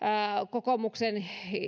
kokoomuksen ja